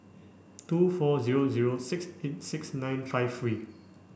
two four zero zero six eight six nine five three